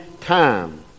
time